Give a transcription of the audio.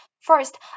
First